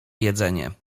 jedzenie